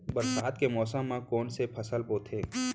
बरसात के मौसम मा कोन से फसल बोथे?